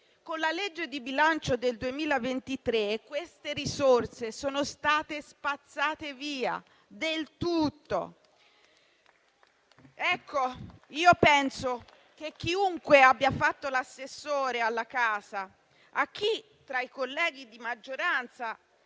Con la legge di bilancio del 2023 queste risorse sono state spazzate via del tutto. Ecco, io penso che chiunque abbia fatto l'assessore alla casa, (a chi tra i colleghi di maggioranza